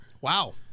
Wow